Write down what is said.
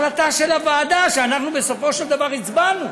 החלטה של הוועדה, שאנחנו בסופו של דבר הצבענו.